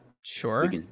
Sure